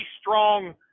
strong –